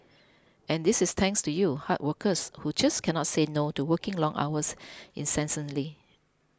and this is thanks to you hard workers who just cannot say no to working long hours incessantly